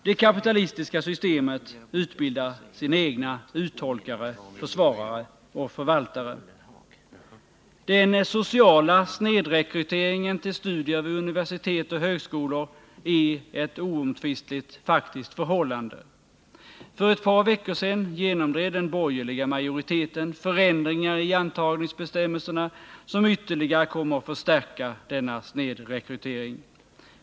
Det kapitalis tiska systemet utbildar sina egna uttolkare, försvarare och förvaltare. Den sociala snedrekryteringen till studier vid universitet och högskolor är ett oomtvistligt faktiskt förhållande. För ett par veckor sedan genomdrev den borgerliga majoriteten förändringar i antagningsbestämmelserna, som ytterligare kommer att förstärka denna snedrekrytering.